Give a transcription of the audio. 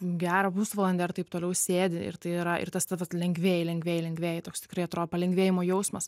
gerą pusvalandį ar taip toliau sėdi ir tai yra ir tas taip pat lengvėji lengvėji lengvėji toks tikrai atrodo palengvėjimo jausmas